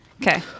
okay